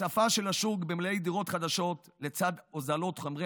הצפה של השוק במלאי דירות חדשות לצד הוזלת חומרי